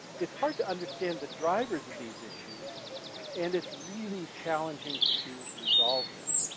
it's hard to understand the drivers of these issues and it's really challenging to resolve them.